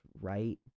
right